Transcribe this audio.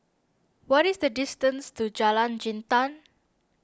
what is the distance to Jalan Jintan